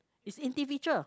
it's individual